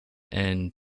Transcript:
and